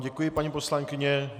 Děkuji vám paní poslankyně.